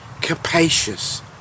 capacious